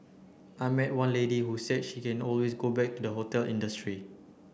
I met one lady who said she can always go back to the hotel industry